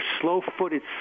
slow-footed